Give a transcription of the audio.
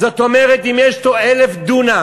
זאת אומרת, אם יש לו 1,000 דונם,